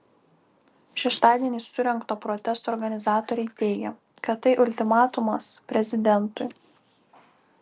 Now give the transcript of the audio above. šeštadienį surengto protesto organizatoriai teigė kad tai ultimatumas prezidentui